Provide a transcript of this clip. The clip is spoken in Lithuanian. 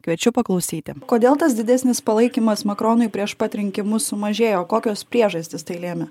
kviečiu paklausyti kodėl tas didesnis palaikymas makronui prieš pat rinkimus sumažėjo kokios priežastys tai lėmė